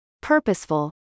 purposeful